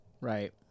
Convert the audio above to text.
Right